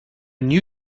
knew